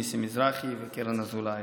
נסים מזרחי וקרן אזולאי.